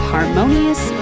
Harmonious